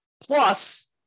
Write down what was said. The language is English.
Plus